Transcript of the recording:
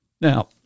Now